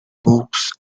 books